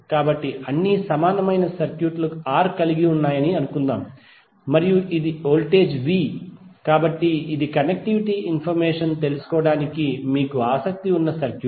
కాబట్టి అన్నీ సమాన రెసిస్టెన్స్ R కలిగి ఉన్నాయని అనుకుందాం మరియు ఇది వోల్టేజ్ V కాబట్టి ఇది కనెక్టివిటీ ఇన్ఫర్మేషన్ తెలుసుకోవడానికి మీకు ఆసక్తి ఉన్న సర్క్యూట్